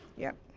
yeah,